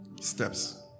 Steps